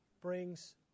brings